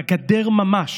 לגדר ממש?